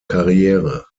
karriere